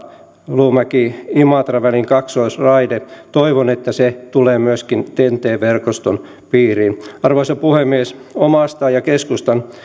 luumäki imatra välin kaksoisraide toivon että se tulee myöskin ten t verkoston piiriin arvoisa puhemies omasta ja keskustan